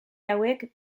hauek